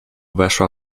weszła